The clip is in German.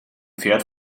pferd